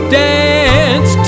dance